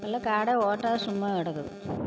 எல்லாம் காடாக ஓட்டா சும்மா கிடக்குது